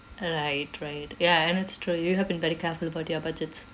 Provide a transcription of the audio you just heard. orh right right ya and it's true you have been very careful about your budgets